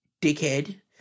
dickhead